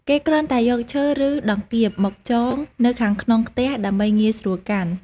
គេគ្រាន់តែយកឈើឬដង្កៀបមកចងនៅខាងក្នុងខ្ទះដើម្បីងាយស្រួលកាន់។